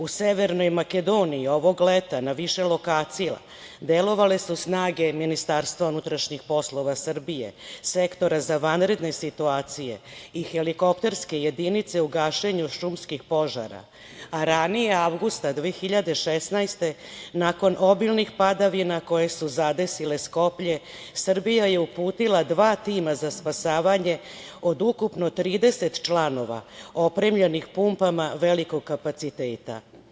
U Severnoj Makedoniji ovog leta na više lokacija delovale su snage Ministarstva unutrašnjih poslova Srbije, Sektora za vanredne situacije i helikopterske jedinice u gašenju šumskih požara, a ranije, avgusta 2016. godine, nakon obilnih padavina koje su zadesile Skoplje, Srbija je uputila dva tima za spasavanje od ukupno 30 članova, opremljenih pumpama velikog kapaciteta.